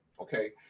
Okay